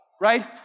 right